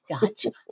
Gotcha